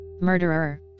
murderer